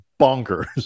bonkers